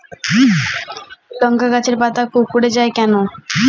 লংকা গাছের পাতা কুকড়ে যায় কেনো?